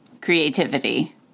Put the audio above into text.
creativity